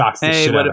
hey